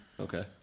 Okay